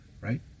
Right